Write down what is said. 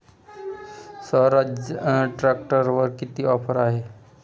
स्वराज ट्रॅक्टरवर किती ऑफर आहे?